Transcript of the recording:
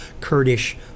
Kurdish